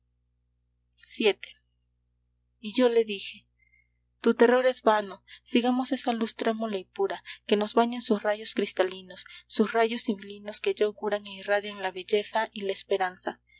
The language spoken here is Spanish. vii y yo le dije tu terror es vano sigamos esa luz trémula y pura que nos bañen sus rayos cristalinos sus rayos sibilinos que ya auguran e irradian la belleza y la esperanza